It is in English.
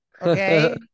okay